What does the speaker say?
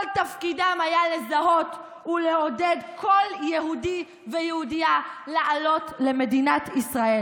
כל תפקידם היה לזהות ולעודד כל יהודי ויהודייה לעלות למדינת ישראל.